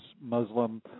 Muslim